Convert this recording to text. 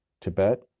Tibet